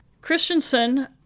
Christensen